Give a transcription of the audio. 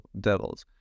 Devils